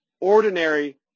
ordinary